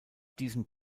diesem